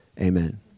Amen